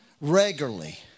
regularly